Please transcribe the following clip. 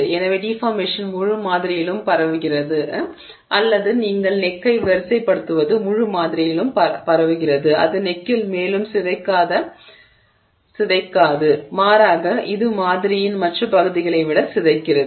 எனவே டிஃபார்மேஷன் முழு மாதிரியிலும் பரவுகிறது அல்லது நீங்கள் நெக்க்கை வரிசைப்படுத்துவது முழு மாதிரியிலும் பரவுகிறது அது நெக்கில் மேலும் சிதைக்காது மாறாக இது மாதிரியின் மற்ற பகுதிகளை விட சிதைக்கிறது